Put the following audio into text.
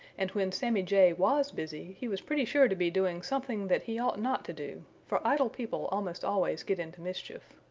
and when sammy jay was busy, he was pretty sure to be doing something that he ought not to do, for idle people almost always get into mischief.